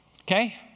Okay